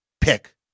pick